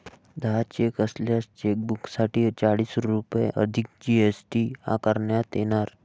दहा चेक असलेल्या चेकबुकसाठी चाळीस रुपये अधिक जी.एस.टी आकारण्यात येणार